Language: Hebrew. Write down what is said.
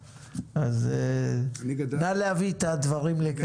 נא להביא את הדברים לכאן.